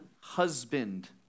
husband